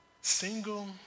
single